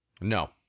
no